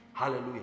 Hallelujah